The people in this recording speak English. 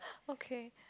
okay